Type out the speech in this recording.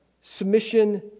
Submission